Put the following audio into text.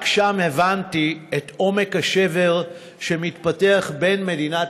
רק שם הבנתי את עומק השבר שמתפתח בין מדינת